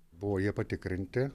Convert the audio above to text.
buvo jie patikrinti